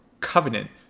covenant